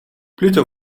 pluto